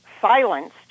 silenced